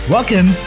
Welcome